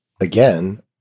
again